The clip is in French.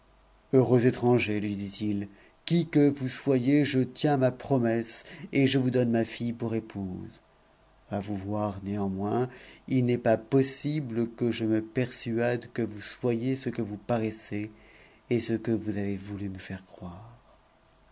heureux étranger lui dit-il qui que vous soyez je tiens ma promesse et je vo us donne ma fille pour épouse a vous voir néammoins il n'est pas possible que je me persuade que vous soyez ce que vous paraissez et ce que vous avez voulu me faire croire